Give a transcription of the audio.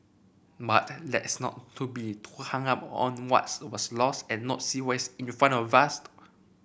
but let's not too be too hung up on what's was lost and not see what is in front of